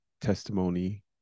testimony